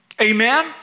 Amen